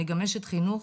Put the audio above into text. אני גם אשת חינוך,